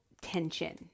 tension